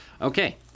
Okay